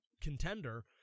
contender